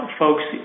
folks